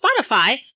Spotify